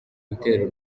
gutera